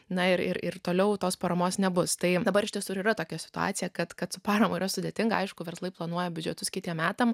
na ir ir ir toliau tos paramos nebus tai dabar iš tiesų ir yra tokia situacija kad kad su parama yra sudėtinga aišku verslai planuoja biudžetus kitiems metams